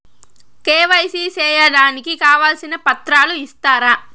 KYC సేయడానికి కావాల్సిన పత్రాలు ఇస్తారా?